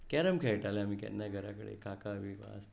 carrom खेळटाले आमी केन्नाय घरा कडेन काका बिका आसताले